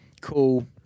Cool